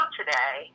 today